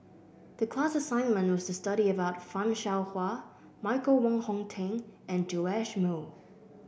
the class assignment was to study about Fan Shao Hua Michael Wong Hong Teng and Joash Moo